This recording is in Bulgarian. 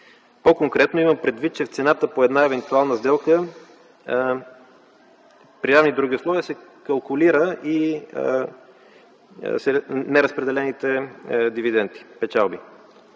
По-конкретно имам предвид, че в цената по една евентуална сделка при равни други условия се калкулират и неразпределените дивиденти (печалби).